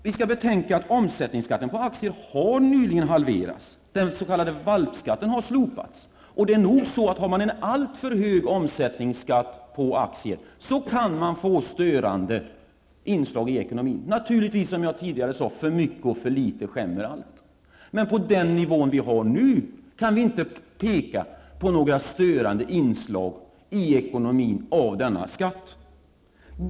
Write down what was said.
Vi skall betänka att omsättningsskatten nyligen har halverats, och att den s.k. valpskatten har slopats. Det är nog så att en alltför hög omsättningsskatt på aktier kan medföra störande inslag i ekonomin -- för mycket och för litet skämmer allt, som jag sade tidigare. Men på den nuvarande nivån kan vi inte peka på några störande inslag i ekonomin av denna skatt.